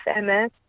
MS